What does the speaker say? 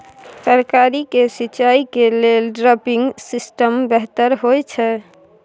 तरकारी के सिंचाई के लेल ड्रिपिंग सिस्टम बेहतर होए छै?